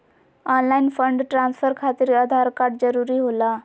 Online fund transfer खातिर Aadhaar card जरूरी होला?